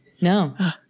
No